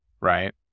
Right